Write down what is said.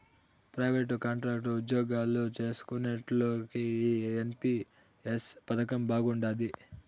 private, contract ఉజ్జోగాలు చేస్కునేటోల్లకి ఈ ఎన్.పి.ఎస్ పదకం బాగుండాది